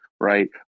right